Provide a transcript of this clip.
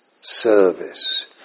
service